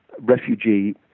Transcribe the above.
refugee